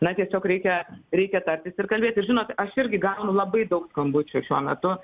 na tiesiog reikia reikia tartis ir kalbėtis žinot aš irgi gaunu labai daug skambučių šiuo metu